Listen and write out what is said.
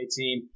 team